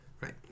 Right